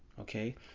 okay